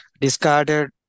discarded